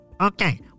Okay